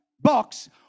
box